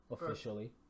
officially